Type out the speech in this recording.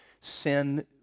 sin